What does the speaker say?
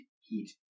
heat